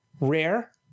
rare